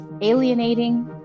alienating